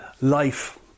life